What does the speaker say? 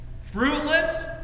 fruitless